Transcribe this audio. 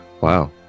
Wow